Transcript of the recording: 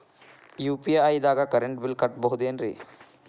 UPI ದಾಗ current bill ಕಟ್ಟಬಹುದೇನ್ರಿ?